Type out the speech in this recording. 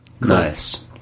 Nice